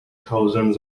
thousands